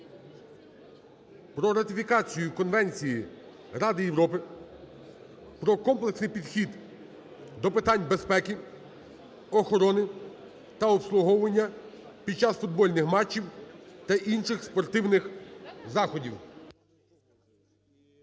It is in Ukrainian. про ратифікацію Конвенції Ради Європи про комплексний підхід до питань безпеки, охорони та обслуговування під час футбольних матчів та інших спортивних заходів.